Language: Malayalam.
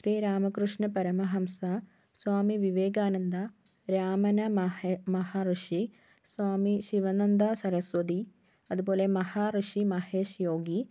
ശ്രീരാമകൃഷ്ണ പരമഹംസ സ്വാമി വിവേകാനന്ദ രാമന മഹേ മഹർഷി സ്വാമി ശിവനന്ദ സരസ്വതി അതുപോലെ മഹാഋഷി മഹേഷ് യോഗി